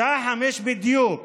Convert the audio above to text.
בשעה 17:00 בדיוק